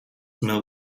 mill